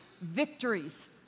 victories